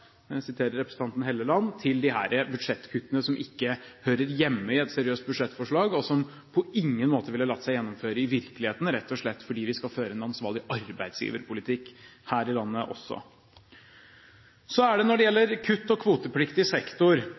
jeg siterer representanten Hofstad Helleland – til disse budsjettkuttene, som ikke hører hjemme i et seriøst budsjettforslag, og som på ingen måte ville latt seg gjennomføre i virkeligheten, rett og slett fordi vi skal føre en ansvarlig arbeidsgiverpolitikk her i landet også. Så når det gjelder kutt og kvotepliktig sektor.